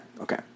okay